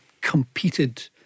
competed